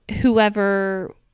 whoever